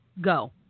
Go